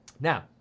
Now